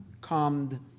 calmed